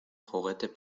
juguete